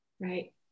Right